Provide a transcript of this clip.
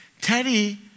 Teddy